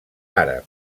àrab